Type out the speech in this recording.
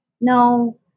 No